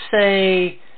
say